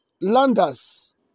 Landers